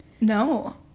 No